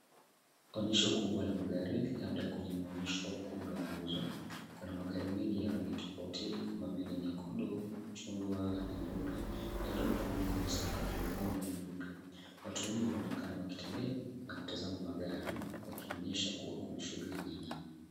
Onyesho kubwa la magari labda kwenye maonyesho au ukumbi wa mauzo kuna magari mengi ya rangi tofauti kama vile nyekundu, chungwa na nyeupe yaliyopangwa kwenye sakafu nyekundu na nyeupe. Watu wengi waonekana wakitembea na kutazama magari wakionyesha kuwa kuna shughuli nyingi.